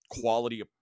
quality